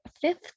fifth